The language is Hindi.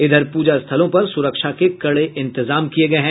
इधर पूजा स्थलों पर सुरक्षा के कड़े इंतजाम किये गये हैं